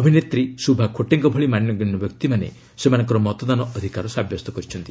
ଅଭିନେତ୍ରୀ ଶୁଭା ଖୋଟେଙ୍କ ଭଳି ମାନ୍ୟଗଣ୍ୟ ବ୍ୟକ୍ତିମାନେ ସେମାନଙ୍କର ମତଦାନ ଅଧିକାର ସାବ୍ୟସ୍ତ କରିଛନ୍ତି